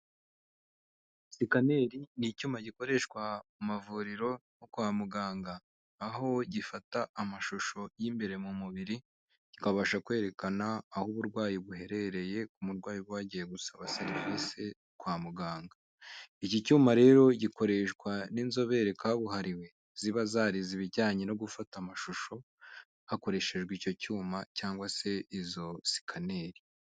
Sikaneri ni icyuma gikoreshwa mu mavuriro no kwa muganga aho gifata amashusho y'imbere mu mubiri kikabasha kwerekana aho uburwayi buherereye ku umurwayi bwagiye gusaba serivisi kwa muganga, iki cyuma rero gikoreshwa n'inzobere kabuhariwe ziba zarize ibijyanye no gufata amashusho hakoreshejwe icyo cyuma cyangwa se izo sikaneri.